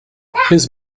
his